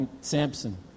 Samson